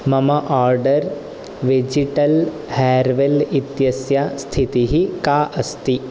मम order vegetal हेर्वेल् इत्यस्य स्थितिः का अस्ति